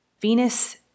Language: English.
Venus